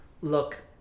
look